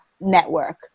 network